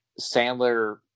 Sandler